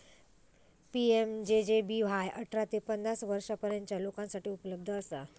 PMJJBY अठरा ते पन्नास वर्षांपर्यंतच्या लोकांसाठी उपलब्ध असा